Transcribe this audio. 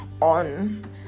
on